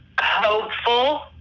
hopeful